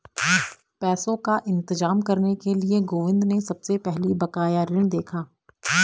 पैसों का इंतजाम करने के लिए गोविंद ने सबसे पहले बकाया ऋण देखा